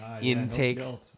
intake